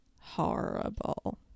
horrible